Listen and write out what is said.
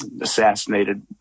assassinated